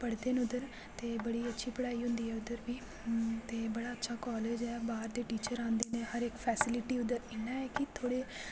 पढ़दे न उधर ते बड़ी अच्छी पढ़ाई होंदी उधर बी ते बड़ा अच्छा कालेज ऐ बाह्र दे टीचर आंदे न हर इक फैसिलिटी उधर इ'यां एह् कि थोह्ड़े